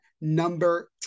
number